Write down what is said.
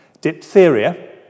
Diphtheria